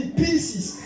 pieces